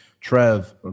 Trev